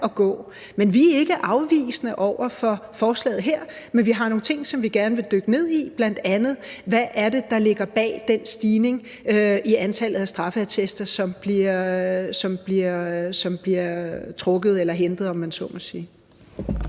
at gå. Vi er ikke afvisende over for forslaget her, men vi har nogle ting, som vi gerne vil dykke ned i, bl.a. hvad det er, der ligger bag den stigning i antallet af straffeattester, som bliver trukket eller hentet, om man så må sige.